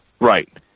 Right